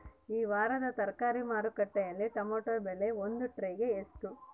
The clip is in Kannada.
ಈ ವಾರದ ತರಕಾರಿ ಮಾರುಕಟ್ಟೆಯಲ್ಲಿ ಟೊಮೆಟೊ ಬೆಲೆ ಒಂದು ಟ್ರೈ ಗೆ ಎಷ್ಟು?